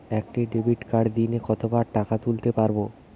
একটি ডেবিটকার্ড দিনে কতবার টাকা তুলতে পারব?